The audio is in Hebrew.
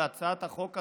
והצעת החוק הזאת,